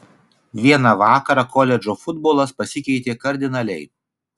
vieną vakarą koledžo futbolas pasikeitė kardinaliai